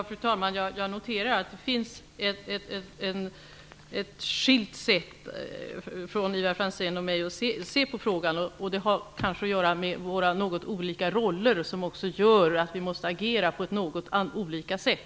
Fru talman! Jag noterar att Ivar Franzén och jag har olika sätt att se på frågan. Det har kanske att göra med våra något olika roller, som gör att vi måste agera på något olika sätt.